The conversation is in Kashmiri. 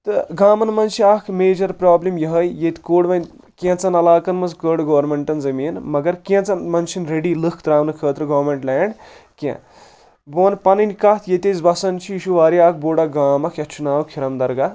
تہٕ گامن منٛز چھِ اکھ میجر پرابلِم یہٕے ییٚتہِ کوٚڈ وۄنۍ کینٛژن علاقعن منٛز کٔڈ گورمینٹن زٔمیٖن مگر کیںٛژن منٛز چھِنہٕ ریڈی لٔکھ ترٛاونہٕ خٲطرٕ گورمینٹ لینٛڈ کینٛہہ بہٕ ونہٕ پنٕنۍ کتھ ییٚتہِ أسۍ بسان چھِ یہِ چھُ واریاہ اکھ بوٚڈ اکھ گام اکھ یتھ چھُ ناو کھرم درگاہ